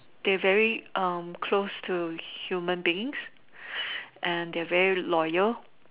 they very um close to human beings and they're very loyal